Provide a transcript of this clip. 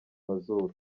mazuru